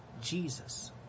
Jesus